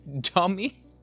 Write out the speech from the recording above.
dummy